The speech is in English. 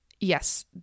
Yes